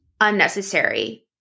unnecessary